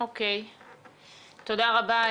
תודה רבה,